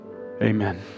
Amen